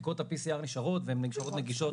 בדיקות ה-PCR נשארות והן נשארות נגישות